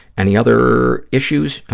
any other issues?